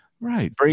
Right